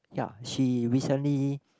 ya she recently